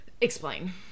Explain